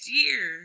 year